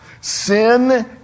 Sin